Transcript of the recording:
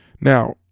Now